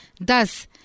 Thus